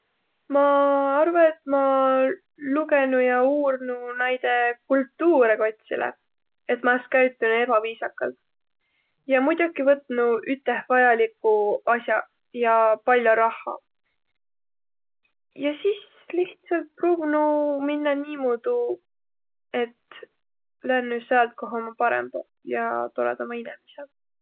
Ma arva, et ma lugenu ja uurnu naide kultuure kotsile, et ma es käütünü ebaviisakalt. Ja muidoki võtnu üteh vajalikuq as'aq ja pall'o rahha. Ja sis lihtsält pruuvnuq minnäq niimuudu, et lännü säält koh ommaq parembaq ja toredambaq inemiseq.